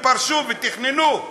ופרשו ותכננו,